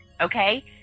okay